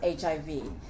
HIV